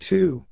Two